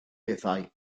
bethau